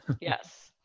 Yes